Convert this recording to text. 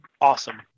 awesome